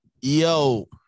Yo